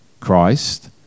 Christ